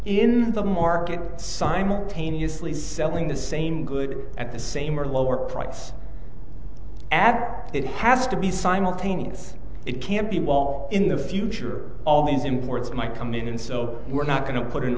in the market simultaneously selling the same good at the same or lower price at it has to be simultaneous it can't be involved in the future all these imports might come in and so we're not going to put an